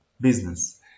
business